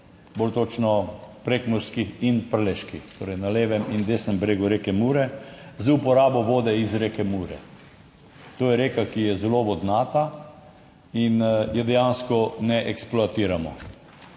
bolj točno prekmurskih in prleških, torej na levem in desnem bregu reke Mure, z uporabo vode iz reke Mure. To je reka, ki je zelo vodnata in je dejansko ne eksploatiramo.